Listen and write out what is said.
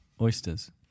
Oysters